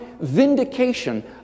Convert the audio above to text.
vindication